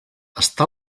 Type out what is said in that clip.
està